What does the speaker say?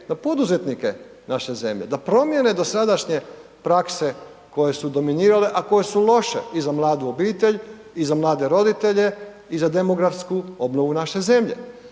na poduzetnike naše zemlje? Da promijene dosadašnje prakse koje su dominirale a koje su loše i za mladu obitelj i za mlade roditelje i za demografsku obnovi naše zemlje?